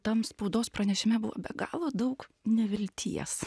tam spaudos pranešime buvo be galo daug nevilties